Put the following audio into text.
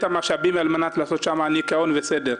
המשאבים על מנת לעשות שם ניקיון וסדר.